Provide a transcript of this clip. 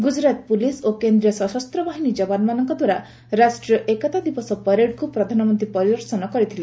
Gujarat police ଓ କେନ୍ଦ୍ରୀୟ ସଶସ୍ତ ବାହିନୀ ଯବାନମାନଙ୍କଦ୍ୱାରା ରାଷ୍ଟ୍ରୀୟ ଏକତା ଦିବସ ପରେଡ୍କୁ ପ୍ରଧାନମନ୍ତ୍ରୀ ପରିଦର୍ଶନ କରିଥିଲେ